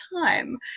time